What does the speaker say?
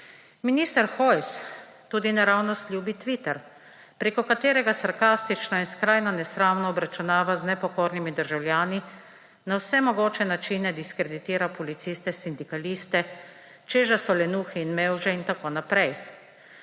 Minister Hojs tudi na ravnost ljubi Twitter, preko katerega sarkastično in skrajno nesramno obračunava z nepokornimi državljani, na vse mogoče načine diskreditira policiste sindikaliste, češ da so lenuhi in mevže in tako naprej.